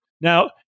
Now